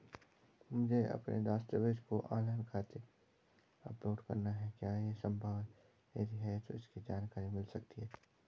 मुझे अपने दस्तावेज़ों को ऑनलाइन खाते में अपलोड करना है क्या ये संभव है यदि हाँ तो इसकी जानकारी मिल सकती है?